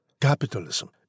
Capitalism